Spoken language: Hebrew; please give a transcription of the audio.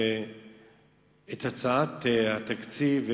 שאת הצעת התקציב,